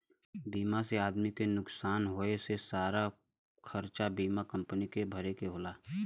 बीमा में आदमी के नुकसान होए पे सारा खरचा बीमा कम्पनी के भरे के होला